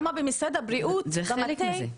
זה חלק מזה.